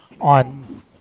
on